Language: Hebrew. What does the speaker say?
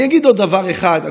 אני אגיד עוד דבר אחד,